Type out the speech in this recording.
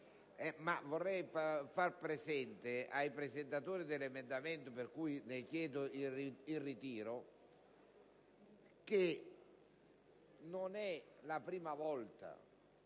infatti far presente ai presentatori dell'emendamento 1.100, di cui chiedo il ritiro, che non è la prima volta